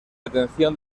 atención